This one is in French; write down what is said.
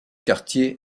quartier